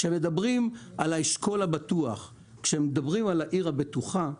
כשמדברים על אשכול בטוח, על עיר בטוחה,